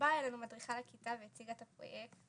באה אלינו מדריכה לכיתה והציגה את הפרויקט